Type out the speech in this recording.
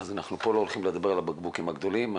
בל אנחנו לא הולכים לדבר על הבקבוקים הגדולים.